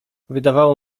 wydawało